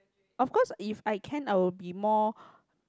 of course if I can I'll be more